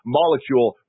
molecule